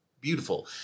beautiful